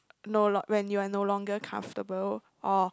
no long when you're no longer comfortable or